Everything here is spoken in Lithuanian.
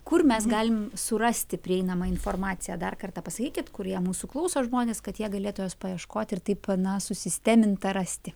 kur mes galim surasti prieinamą informaciją dar kartą pasakykit kurie mūsų klauso žmonės kad jie galėtų jos paieškoti ir taip na susistemintą rasti